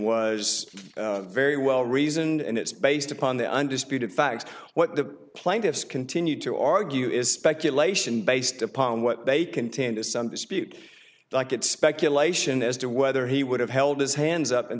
was very well reasoned and it's based upon the undisputed facts what the plaintiffs continue to argue is speculation based upon what they contained is some dispute like it's speculation as to whether he would have held his hands up and